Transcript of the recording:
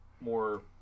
more